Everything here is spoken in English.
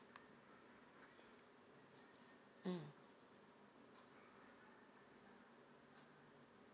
mm